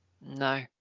no